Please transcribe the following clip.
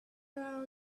are